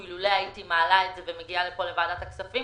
לולא העליתי את זה ומגיעה לוועדת הכספים?